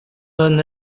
hano